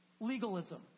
legalism